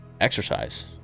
exercise